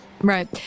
Right